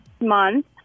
month